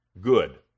good